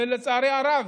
ולצערי הרב,